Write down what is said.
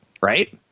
right